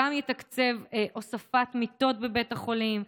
גם יתקצב הוספת מיטות בבית החולים,